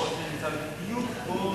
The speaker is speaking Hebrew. הראש שלי נמצא בדיוק פה,